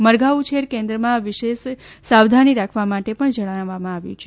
મરઘા ઉછેર કેન્દ્રમાં વિશેષ સાવધાની રાખવા માટે પણ જણાવવામાં આવ્યું છે